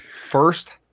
first